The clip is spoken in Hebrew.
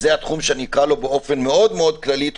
ונקרא לו באופן מאוד-מאוד כללי,